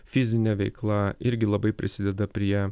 fizinė veikla irgi labai prisideda prie